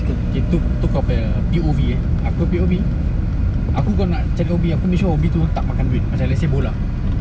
itu tu kau punya P_O_V ya aku punya P_O_V aku kalau nak cari hobi aku make sure hobi tu tak makan duit macam let's say bola